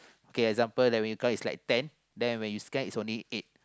kay example like when you count is like ten then when you scan is only eight